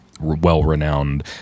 well-renowned